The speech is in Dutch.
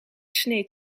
sneed